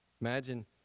Imagine